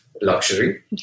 luxury